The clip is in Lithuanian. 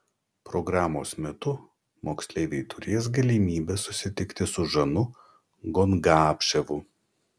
programos metu moksleiviai turės galimybę susitikti su žanu gongapševu